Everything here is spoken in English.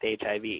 HIV